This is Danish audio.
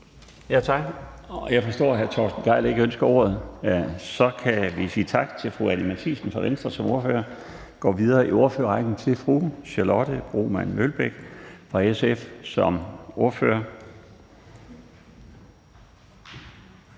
Tak. Jeg forstår, at hr. Torsten Gejl ikke ønsker ordet. Så kan vi sige tak til fru Anni Matthiesen som ordfører for Venstre. Vi går videre i ordførerrækken til fru Charlotte Broman Mølbæk som ordfører